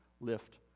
lift